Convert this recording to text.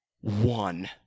one